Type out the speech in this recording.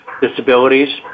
disabilities